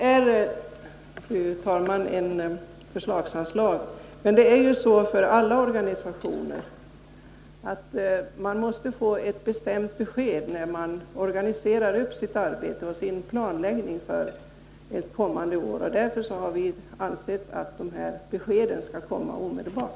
Fru talman! Det är ett förslagsanslag, men det gäller ju för alla organisationer att man måste få ett bestämt besked när man organiserar upp sitt arbete och planerar för ett kommande år. Därför har vi ansett att de här beskeden skall komma omedelbart.